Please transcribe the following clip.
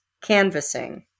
canvassing